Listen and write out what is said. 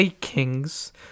Kings